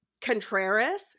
Contreras